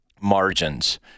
margins